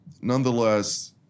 nonetheless